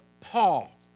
Paul